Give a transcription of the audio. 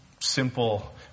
Simple